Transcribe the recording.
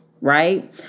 right